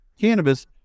cannabis